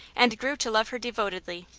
and grew to love her devotedly.